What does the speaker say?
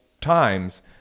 times